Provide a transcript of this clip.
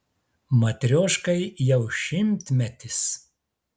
matrioškai jau šimtmetis